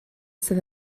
sydd